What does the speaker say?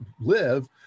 live